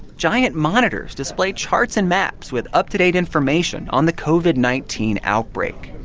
giant monitors display charts and maps with up-to-date information on the covid nineteen outbreak.